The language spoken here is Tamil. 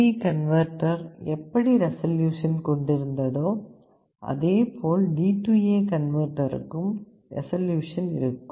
AD கன்வெர்ட்டர் எப்படி ரெசல்யூசன் கொண்டிருந்ததோ அதேபோல் DA கன்வெர்ட்டருக்கும் ரெசல்யூசன் இருக்கும்